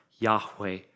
Yahweh